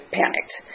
panicked